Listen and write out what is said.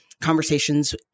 conversations